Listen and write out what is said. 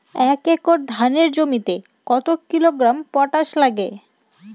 এক একর ধানের জমিতে কত কিলোগ্রাম পটাশ লাগে?